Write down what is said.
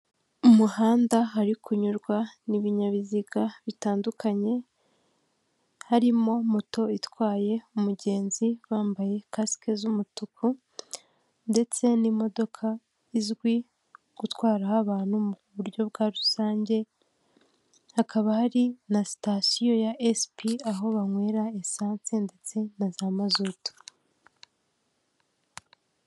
Umuhanda hari kunyurwa n'ibinyabiziga bitandukanye, harimo moto itwaye umugenzi bambaye kasike z'umutuku ndetse n'imodoka izwi gutwara abantu mu buryo bwa rusange, hakaba hari na sitasiyo ya SP, aho banywera esanse ndetse na za mazutu.